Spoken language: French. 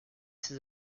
ces